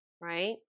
right